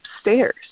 upstairs